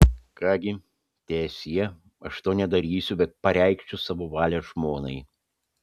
ką gi teesie aš to nedarysiu bet pareikšiu savo valią žmonai